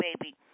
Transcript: baby